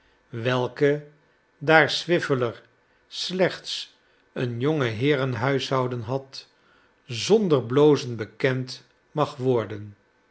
welke daar swiveller slechts een jonge heerenhuishouden had zonder blozen bekend mag worden